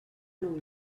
nou